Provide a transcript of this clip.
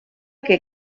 que